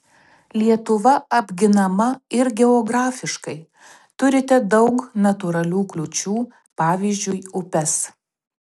lietuva apginama ir geografiškai turite daug natūralių kliūčių pavyzdžiui upes